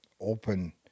open